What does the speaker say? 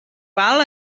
pal